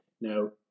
now